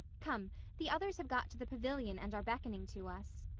come the others have got to the pavilion and are beckoning to us.